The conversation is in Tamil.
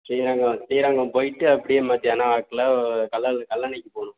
ஸ்ரீரங்கம் ஸ்ரீரங்கம் போயிட்டு அப்படியே மதியானம் வாக்கில் கல்லா கல்லணைக்கு போகணும்